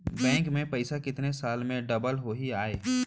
Bank में पइसा कितने साल में डबल होही आय?